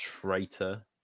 traitor